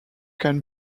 can